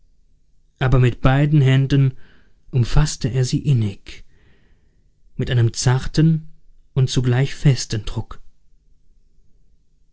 aber mit beiden händen umfaßte er sie innig mit einem zarten und zugleich festen druck